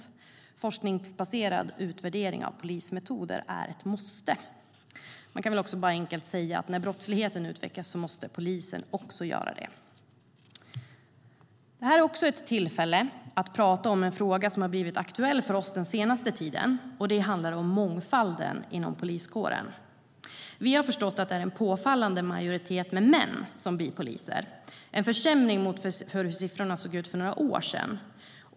En forskningsbaserad utvärdering av polismetoder är ett måste. Man kan enkelt säga att när brottsligheten utvecklas måste också polisen göra det. Det här är också ett tillfälle att prata om en fråga som blivit aktuell för oss den senaste tiden. Det handlar om mångfalden inom poliskåren. Vi har förstått att det är en påfallande majoritet män som blir poliser, en försämring mot för hur siffrorna såg ut för några år sedan.